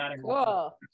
Cool